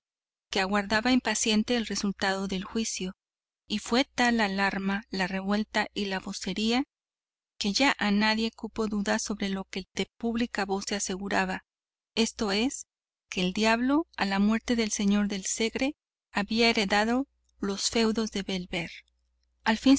que aguardaba impaciente el resultado del juicio y fue tal la alarma la revuelta y la vocería que ya a nadie cupo duda sobre lo que de pública voz se aseguraba esto es que el diablo a la muerte del señor del segre había heredado los feudos de bellver al fin